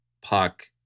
Puck